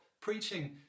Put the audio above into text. preaching